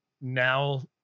now